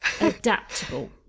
adaptable